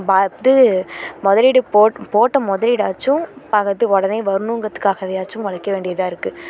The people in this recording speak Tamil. வா இது முதலீடு போட் போட்ட முதலீடாச்சும் பார்க்குறதுக்கு உடனே வரணும்ங்கிறதுக்காகவேயாச்சும் ஒழைக்க வேண்டியதாக இருக்குது